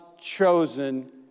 chosen